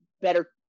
better